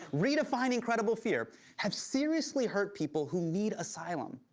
redefining credible fear have seriously hurt people who need asylum.